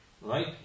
right